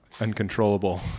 uncontrollable